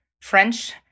French